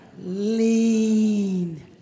lean